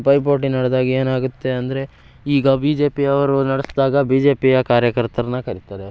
ಪೈಪೋಟಿ ನಡ್ದಾಗ ಏನಾಗುತ್ತೆ ಅಂದರೆ ಈಗ ಬಿ ಜೆ ಪಿಯವರು ನಡೆಸ್ದಾಗ ಬಿ ಜೆ ಪಿಯ ಕಾರ್ಯಕರ್ತರನ್ನ ಕರೀತಾರೆ